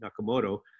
Nakamoto